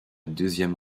deuxième